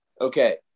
Okay